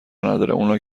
نداره، اونا